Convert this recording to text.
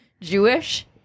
jewish